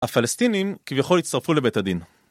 הפלסטינים כביכול הצטרפו לבית הדין.